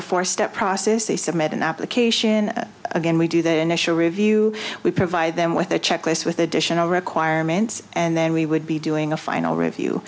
four step process they submit an application again we do the initial review we provide them with a checklist with additional requirements and then we would be doing a final review